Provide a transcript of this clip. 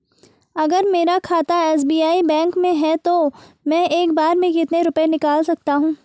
अगर मेरा खाता एस.बी.आई बैंक में है तो मैं एक बार में कितने रुपए निकाल सकता हूँ?